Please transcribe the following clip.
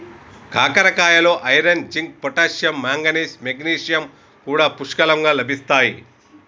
కాకరకాయలో iron, zinc, potassium, manganese, magnesium కూడా పుష్కలంగా లభిస్తాయి